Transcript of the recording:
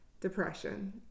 depression